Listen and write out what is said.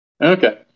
Okay